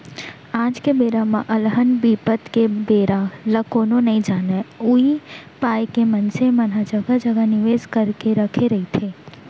आज के बेरा म अलहन बिपत के बेरा ल कोनो नइ जानय उही पाय के मनसे मन ह जघा जघा निवेस करके रखे रहिथे